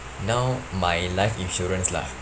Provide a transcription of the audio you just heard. now my life insurance lah